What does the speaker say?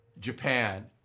Japan